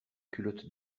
culotte